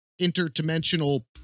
interdimensional